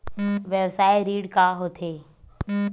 व्यवसाय ऋण का होथे?